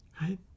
right